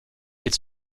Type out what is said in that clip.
its